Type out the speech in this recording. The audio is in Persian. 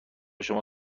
شما